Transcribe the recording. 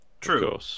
True